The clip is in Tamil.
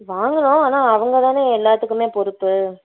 வாங்குகிறோம் ஆனால் அவங்க தானே எல்லாத்துக்குமே பொறுப்பு